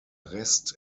rest